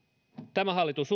tämä hallitus